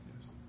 Yes